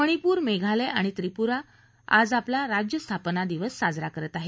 मणिपूर मेघालय आणि त्रिपूरा आज आपला राज्यस्थापना दिन साजरा करत आहे